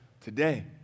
today